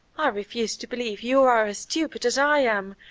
i refuse to believe you are as stupid as i am,